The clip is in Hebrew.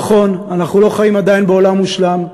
נכון, אנחנו לא חיים עדיין בעולם מושלם.